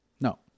No